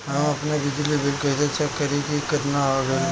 हम आपन बिजली बिल कइसे चेक करि की केतना आइल बा?